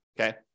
okay